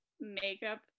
makeup